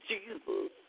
Jesus